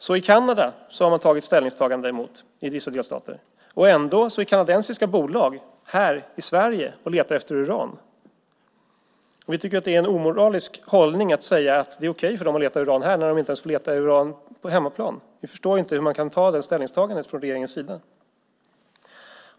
Så i Kanada har man tagit ställning emot i vissa delstater. Ändå är kanadensiska bolag här i Sverige och letar efter uran. Vi tycker att det är en omoralisk hållning att säga att det är okej för dem att leta uran här när de inte ens får leta uran på hemmaplan. Jag förstår inte hur man kan göra det ställningstagandet från regeringens sida.